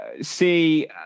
see